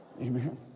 amen